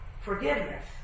forgiveness